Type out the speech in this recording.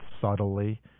subtly